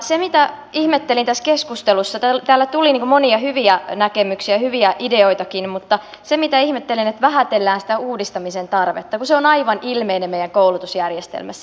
se mitä ihmettelin tässä keskustelussa täällä tuli monia hyviä näkemyksiä hyviä ideoitakin on se että vähätellään sitä uudistamisen tarvetta kun se on aivan ilmeinen meidän koulutusjärjestelmässä